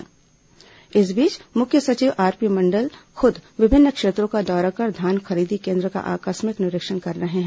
मुख्य सचिव निरीक्षण इस बीच मुख्य सचिव आरपी मंडल खुद विभिन्न क्षेत्रों का दौरा कर धान खरीदी केन्द्रों का आकस्मिक निरीक्षण कर रहे हैं